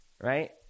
Right